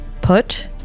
put